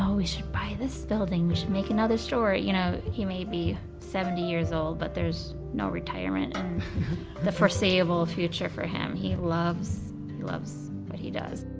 um we should buy this building. we should make another store, you know. he may be seventy years old, but there's no retirement in the foreseeable future for him. he loves he loves what he does.